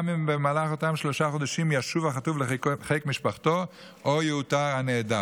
גם במהלך אותם שלושה חודשים ישוב החטוף לחיק משפחתו או יאותר הנעדר.